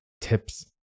Tips